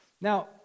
Now